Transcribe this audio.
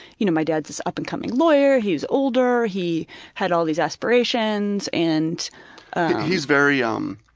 you know, my dad's this up and coming lawyer, he's older, he had all these aspirations. and he's very um